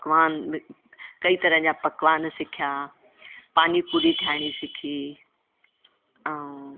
पकवान कई तरहनि जा पकवान सिखिया पानीपुरी ठाहिणी सिखी ऐं